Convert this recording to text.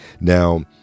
Now